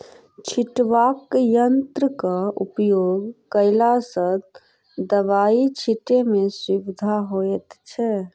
छिटबाक यंत्रक उपयोग कयला सॅ दबाई छिटै मे सुविधा होइत छै